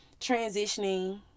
transitioning